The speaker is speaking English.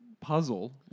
puzzle